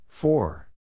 Four